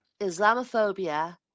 islamophobia